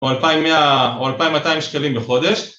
‫או אלפיים מאה או אלפיים מאתיים שקלים לחודש